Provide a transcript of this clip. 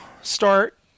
start